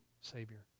savior